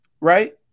right